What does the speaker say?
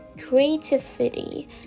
creativity